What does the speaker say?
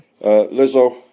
Lizzo